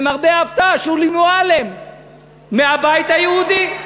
למרבה ההפתעה, שולי מועלם מהבית היהודי.